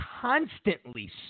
constantly